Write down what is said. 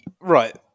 right